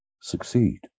succeed